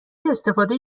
استفاده